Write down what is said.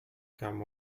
come